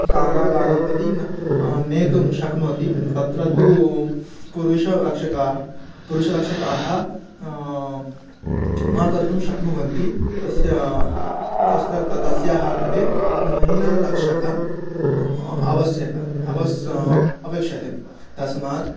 कारागारं प्रति न नेतुं शक्नोति तत्र तु पुरुषरक्षकाः पुरुषरक्षकाः न कर्तुं शक्नुवन्ति तस्य तस्य त तस्याः कृते महिलारक्षकः आवश्यकः अवस् अपेक्षते तस्मात्